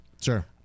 Sure